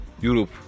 Europe